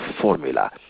formula